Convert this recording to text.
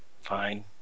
fine